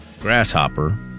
grasshopper